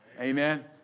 Amen